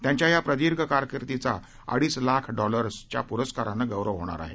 त्यांच्या या प्रदीर्घ कारकिर्दीचा अडीच लाख डॉलर्सच्या या पुरस्काराने गौरव होणार आहे